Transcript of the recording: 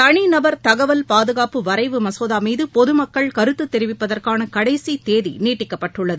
தனிநபர் தகவல் பாதுகாப்பு வரைவு மசோதா மீது பொது மக்கள் கருத்து தெரிவிப்பதற்கான கடைசி தேதி நீட்டிக்கப்பட்டுள்ளது